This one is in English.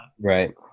Right